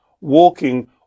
walking